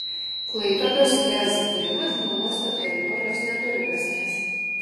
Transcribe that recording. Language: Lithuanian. klaipėdos lez kūrimas be uosto teritorijos neturi prasmės